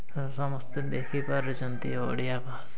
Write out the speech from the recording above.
ତ ସମସ୍ତେ ଦେଖିପାରୁଛନ୍ତି ଓଡ଼ିଆ ଭାଷା